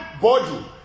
body